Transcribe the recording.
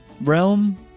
realm